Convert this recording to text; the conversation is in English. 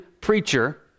preacher